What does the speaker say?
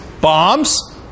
bombs